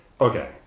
okay